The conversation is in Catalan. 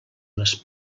les